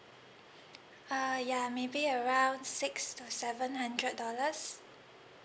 uh ya maybe around six to seven hundred dollars